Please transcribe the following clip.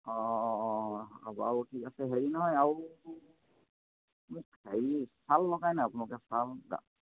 অঁ অঁ হ'ব আৰু ঠিক আছে হেৰি নহয় আৰু হেৰি শ্বাল লগাই নাই আপোনালোকে শ্বাল